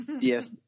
Yes